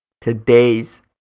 today's